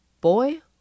Boy